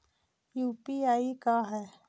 UPI का है?